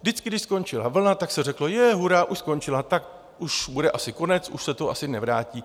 Vždycky když skončila vlna, tak se řeklo: hurá, už skončila, tak už bude asi konec, už se to asi nevrátí.